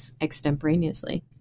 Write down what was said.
extemporaneously